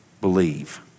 believe